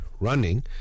running